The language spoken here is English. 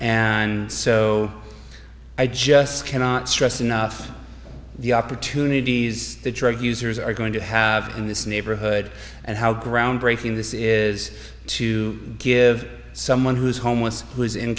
and so i just cannot stress enough the opportunities that drug users are going to have in this neighborhood and how groundbreaking this is to give someone who is homeless who is in